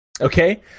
okay